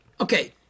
okay